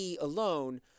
alone